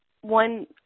one